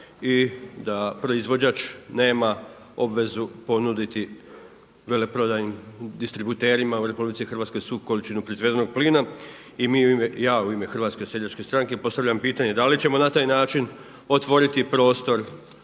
i da proizvođač nema obvezu ponuditi veleprodaju distributerima u RH svu količinu proizvedenog plina. Ja u ime HSS-a postavljam pitanje, da li ćemo na taj način otvoriti prostr